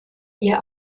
ihr